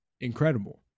Incredible